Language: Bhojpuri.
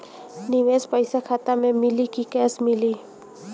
निवेश पइसा खाता में मिली कि कैश मिली?